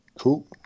Cool